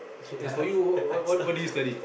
as for you what what what did you study